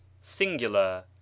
singular